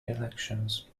elections